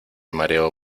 mareo